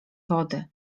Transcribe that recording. wody